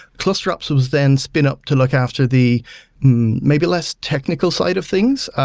cluster apps was then spin up to look after the maybe less technical side of things.